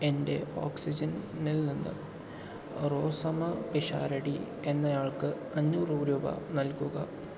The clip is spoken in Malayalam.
എൻ്റെ ഓക്സിജനിൽ നിന്ന് റോസമ്മ പിഷാരടി എന്നയാൾക്ക് അഞ്ഞൂറു രൂപ നൽകുക